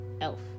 elf